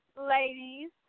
ladies